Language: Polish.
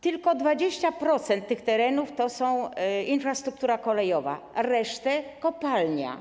Tylko 20% tych terenów to infrastruktura kolejowa, resztę stanowi kopalnia.